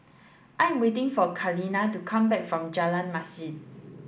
I am waiting for Kaleena to come back from Jalan Masjid